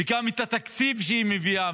וגם התקציב שהיא מביאה,